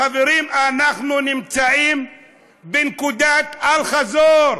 חברים, אנחנו נמצאים בנקודת אל-חזור,